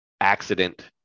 accident